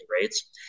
rates